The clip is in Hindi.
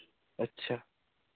अच्छा